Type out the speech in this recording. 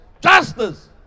justice